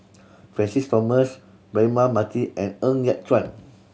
Francis Thomas Braema Mathi and Ng Yat Chuan